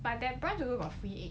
but their branch also got free